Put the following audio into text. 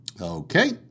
Okay